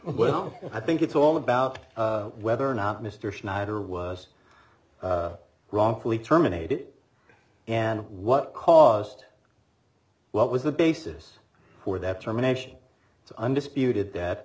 or i think it's all about whether or not mr schneider was wrongfully terminated and what caused what was the basis for that terminations so undisputed that